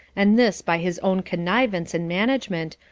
and this by his own connivance and management,